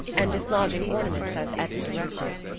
and dislodging ornaments as edna directed.